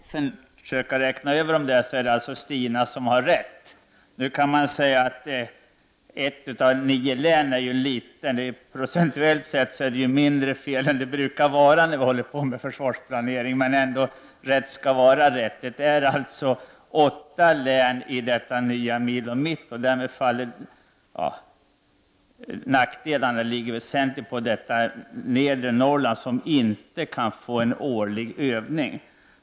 Herr talman! Jag lyssnade till Stina Eliassons anförande. Hon sade att det var fråga om åtta län medan jag i mitt anförande nämnde nio. Efter att ha räknat över detta har jag kommit fram till att det är Stina Eliasson som har rätt. Nu kan man säga att ett av de nio länen är litet, så procentuellt sett är det mindre felaktigt än vad det brukar vara när vi håller på med försvarsplanering. Men rätt skall ändå vara rätt. Det är alltså åtta län i detta nya milo Mitt. Nackdelarna ligger här på den nedre delen av Norrland, som inte kan få en årlig övning.